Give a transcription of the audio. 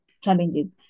challenges